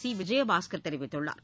C Vijayabaskar தெரிவித்துள்ளார்